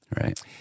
Right